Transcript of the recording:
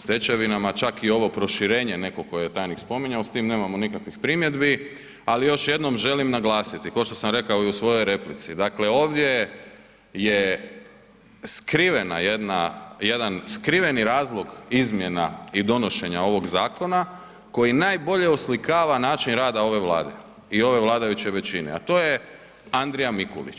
stečevinama, čak i ovo proširenje neko koje je tajnik spominjao, s tim nemamo nikakvih primjedbi, ali još jednom želim naglasiti košto sam rekao i u svojoj replici, dakle, ovdje je skrivena jedna, jedan skriveni razlog izmjena i donošenja ovog zakona koji najbolje oslikava način rada ove Vlade i ove vladajuće većine, a to je Andrija Mikulić.